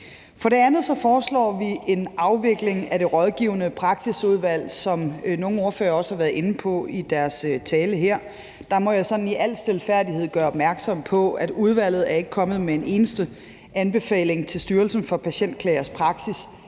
For det andet foreslår vi en afvikling af Det Rådgivende Praksisudvalg, som nogle ordførere også har været inde på i deres tale her. Der må jeg sådan i al stilfærdighed gøre opmærksom på, at udvalget ikke er kommet med en eneste anbefaling til Styrelsen for Patientklagers praksis